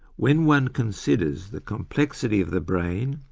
when one considers the complexity of the brain,